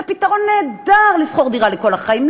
זה פתרון נהדר לשכור דירה לכל החיים.